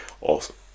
Awesome